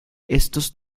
estos